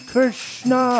Krishna